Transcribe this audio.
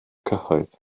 cyhoedd